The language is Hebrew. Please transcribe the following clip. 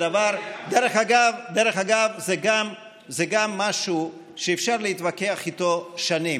דרך אגב, גם זה משהו שאפשר להתווכח עליו שנים: